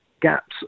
gaps